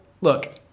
look